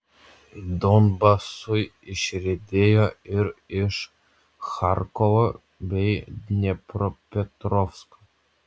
donbasui išriedėjo ir iš charkovo bei dniepropetrovsko